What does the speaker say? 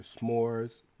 S'mores